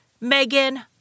Megan